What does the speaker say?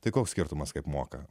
tai koks skirtumas kaip moka